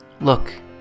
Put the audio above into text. Look